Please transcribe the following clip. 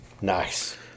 Nice